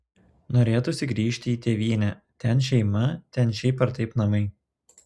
norėtųsi grįžti į tėvynę ten šeima ten šiaip ar taip namai